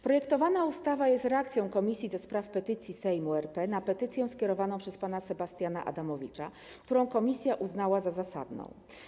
Projektowana ustawa jest reakcją Komisji do Spraw Petycji Sejmu RP na petycję skierowaną przez pana Sebastiana Adamowicza, którą komisja uznała za zasadną.